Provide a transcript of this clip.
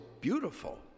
beautiful